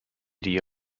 die